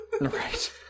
right